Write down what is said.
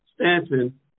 Stanton